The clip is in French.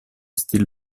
styles